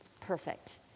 perfect